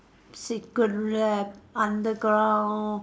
secret lab underground